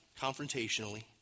confrontationally